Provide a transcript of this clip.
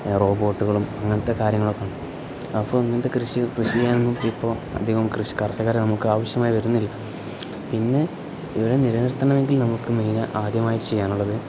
റോബോട്ടുകളും അങ്ങനത്തെ കാര്യങ്ങളൊക്കെ ഉണ്ട് അപ്പം ഇങ്ങനത്തെ കൃഷി കൃഷി ചെയ്യുക ഇപ്പോൾ അധികം കൃഷികാർക്ക് ആ നമുക്ക് ആവശ്യമായി വരുന്നില്ല പിന്നെ ഇവിടെ നിലനിർത്തണമെങ്കിൽ നമുക്ക് മെയിന ആദ്യമായിട്ട് ചെയ്യാനുള്ളത്